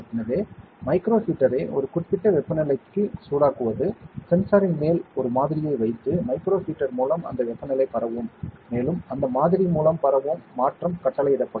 எனவே மைக்ரோ ஹீட்டரை ஒரு குறிப்பிட்ட வெப்பநிலைக்கு சூடாக்குவது சென்சாரின் மேல் ஒரு மாதிரியை வைத்து மைக்ரோ ஹீட்டர் மூலம் அந்த வெப்பநிலை பரவும் மேலும் அந்த மாதிரி மூலம் பரவும் மாற்றம் கட்டளையிடப்படும்